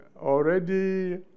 already